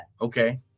Okay